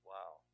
Wow